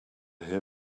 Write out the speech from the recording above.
hear